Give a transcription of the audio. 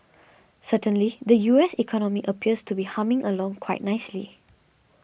certainly the U S economy appears to be humming along quite nicely